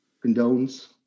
Condones